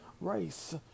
race